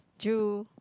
drool